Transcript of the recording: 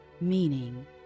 meaning